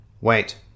Wait